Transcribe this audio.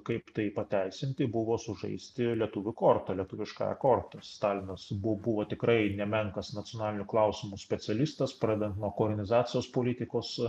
kaip tai pateisinti buvo sužaisti lietuvių korta lietuviškąja korta stalinas bu buvo tikrai nemenkas nacionalinių klausimų specialistas pradedant nuo kolonizacijos politikos